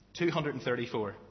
234